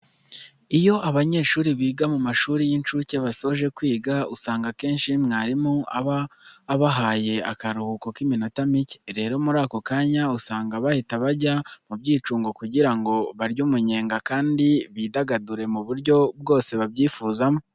Iyo abanyeshuri biga mu mashuri y'incuke basoje kwiga, usanga akenshi mwarimu aba abahaye akaruhuko k'iminota mike. Rero muri ako kanya usanga bahita bajya mu byicungo kugira ngo barye umunyenga kandi bidagadure mu buryo bwose babyifuzamo.